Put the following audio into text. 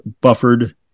buffered